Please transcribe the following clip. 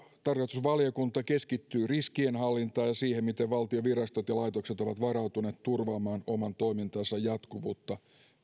tarkastusvaliokunta keskittyy riskienhallintaan ja siihen miten valtion virastot ja laitokset ovat varautuneet turvaamaan oman toimintansa jatkuvuutta